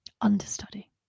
understudy